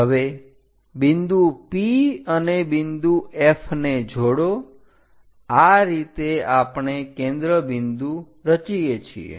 હવે બિંદુ P અને બિંદુ F ને જોડો આ રીતે આપણે કેન્દ્ર બિંદુ રચીએ છીએ